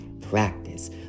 practice